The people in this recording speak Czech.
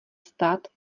stát